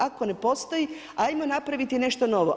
Ako ne postoji, ajmo napraviti nešto novo.